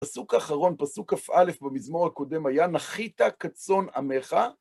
פסוק אחרון, פסוק כא' במזמור הקודם היה, נחית כצאן עמך.